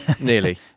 Nearly